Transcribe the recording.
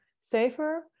safer